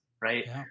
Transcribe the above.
right